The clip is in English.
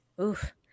oof